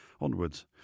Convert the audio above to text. onwards